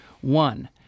One